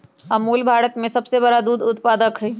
अमूल भारत में सबसे बड़ा दूध उत्पादक हई